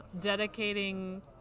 dedicating